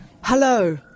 Hello